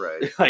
Right